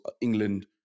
England